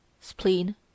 spleen